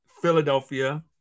philadelphia